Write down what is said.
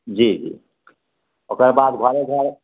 जी जी ओकरबाद घरे घर